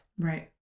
Right